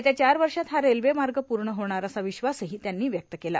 येत्या चार वर्षात हा रेल्वे मार्ग पूर्ण होणाऱ असा विश्वासही त्यांनी व्यक्त केला